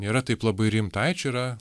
nėra taip labai rimta ai čia yra